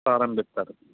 ప్రారంభిస్తారు